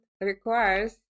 requires